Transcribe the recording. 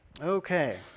Okay